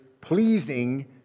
pleasing